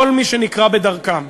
כל מי שנקרה בדרכם,